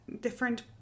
different